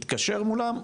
התקשר מולם,